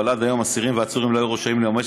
אבל עד היום אסירים ועצורים לא היו רשאים לממש